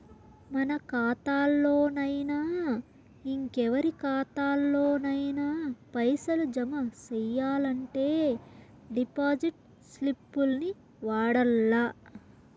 మన కాతాల్లోనయినా, ఇంకెవరి కాతాల్లోనయినా పైసలు జమ సెయ్యాలంటే డిపాజిట్ స్లిప్పుల్ని వాడల్ల